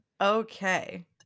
Okay